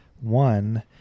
one